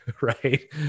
Right